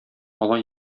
алай